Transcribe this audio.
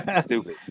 Stupid